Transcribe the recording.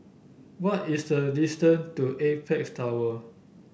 what is the distance to Apex Tower